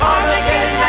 Armageddon